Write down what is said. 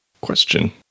Question